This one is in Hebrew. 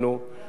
זה הבעיה.